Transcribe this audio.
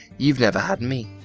you've never had me.